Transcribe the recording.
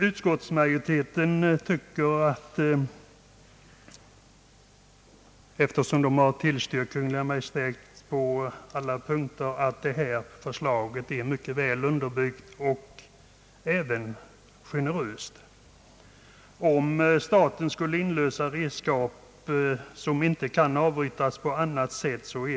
Utskottsmajoriteten, som har tillstyrkt Kungl. Maj:ts förslag på alla punkter, anser att förslaget är mycket väl underbyggt och dessutom generöst. Det är en farlig väg staten slår in på om den inlöser redskap som inte kan avyttras på annat sätt.